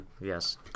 yes